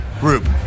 Group